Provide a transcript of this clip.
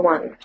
One